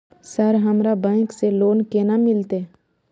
Sir हमरा bank से loan केना मिलते?